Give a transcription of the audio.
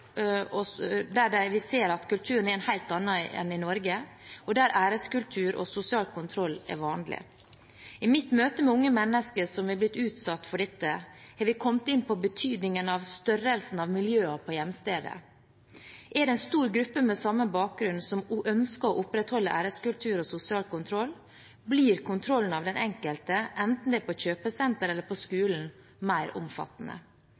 en helt annen enn i Norge, og der æreskultur og sosial kontroll er vanlig. I mitt møte med unge mennesker som har blitt utsatt for dette, har vi kommet inn på betydningen av størrelsen på miljøene på hjemstedet. Er det en stor gruppe med samme bakgrunn som ønsker å opprettholde æreskultur og sosial kontroll, blir kontrollen av den enkelte, enten det er på kjøpesenter eller skole, mer omfattende.